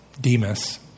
Demas